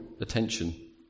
attention